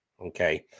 okay